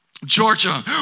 Georgia